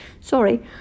Sorry